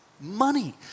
money